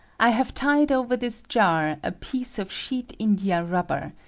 i have tied over this jar a piece of sheet india-rubber,